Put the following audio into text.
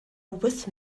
with